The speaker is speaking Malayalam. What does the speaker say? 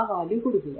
ആ വാല്യൂ കൊടുക്കുക